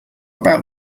about